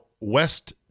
West